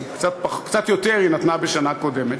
קצת יותר היא נתנה בשנה קודמת.